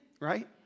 right